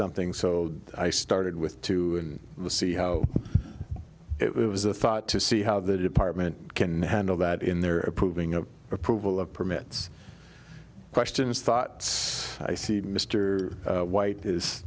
something so i started with to see how it was a thought to see how the department can handle that in their approving of approval of permits questions thoughts i see mr white is